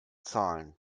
zahlen